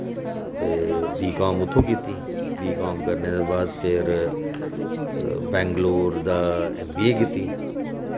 ते बीकाम उत्थों कीती बीकाम करने दे बाद फिर बैंगलोर दा एम बी ए कीती